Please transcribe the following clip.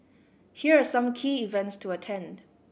here are some key events to attend